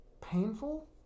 painful